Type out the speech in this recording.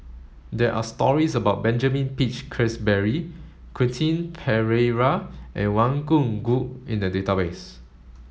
there are stories about Benjamin Peach Keasberry Quentin Pereira and Wang Gungwu in the database